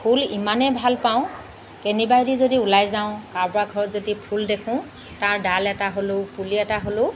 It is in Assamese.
ফুল ইমানেই ভাল পাওঁ কেনিবাইদি যদি ওলাই যাওঁ কাৰোবাৰ ঘৰত যদি ফুল দেখোঁ তাৰ ডাল এটা হ'লেও পুলি এটা হ'লেও